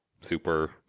super